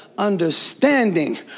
understanding